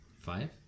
Five